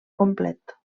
complet